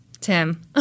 Tim